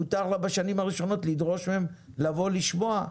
מותר לה בשנים הראשונות לדרוש מהם לבוא לשמוע,